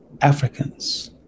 Africans